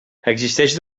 existeix